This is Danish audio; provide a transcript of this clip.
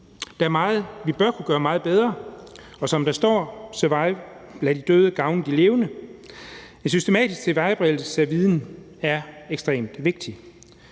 vi bør kunne gøre bedre, og som der står: »SURVIVE – lad de døde gavne de levende«. En systematisk tilvejebringelse af viden er ekstremt vigtig.